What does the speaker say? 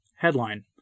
Headline